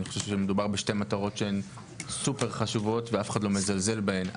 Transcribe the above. אני חושב שמדובר בשתי מטרות שהן סופר חשובות ואף אחד לא מזלזל בהן,